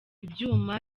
ibyuma